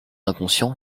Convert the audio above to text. inconscient